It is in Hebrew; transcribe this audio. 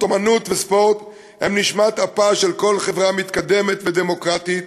אמנות וספורט הם נשמת אפה של כל חברה מתקדמת ודמוקרטית,